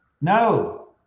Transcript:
no